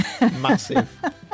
massive